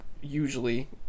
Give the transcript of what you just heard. usually